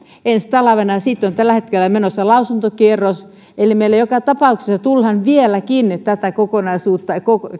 ensi talvena siitä on tällä hetkellä menossa lausuntokierros eli meillä joka tapauksessa tullaan vieläkin tätä kokonaisuutta